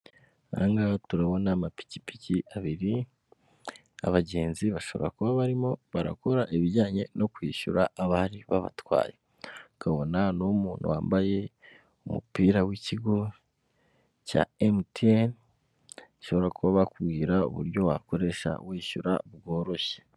Aha ngaha turabona amapikipiki abiri, abagenzi bashobora kuba barimo barakora ibijyanye no kwishyura abari babatwaye, ukabona n'umuntu wambaye umupira w'ikigo cya MTN, bashobora kuba bakubwira uburyo wakoresha wishyura bworoshye.